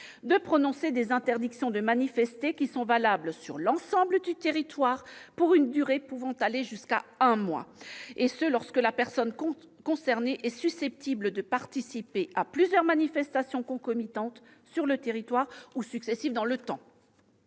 de prononcer des interdictions de manifester valables sur l'ensemble du territoire, pour une durée pouvant aller jusqu'à un mois, lorsque la personne concernée est susceptible de participer à plusieurs manifestations concomitantes sur le territoire ou successives dans le temps.